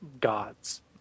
gods